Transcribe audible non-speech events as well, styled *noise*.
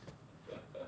*laughs*